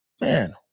Man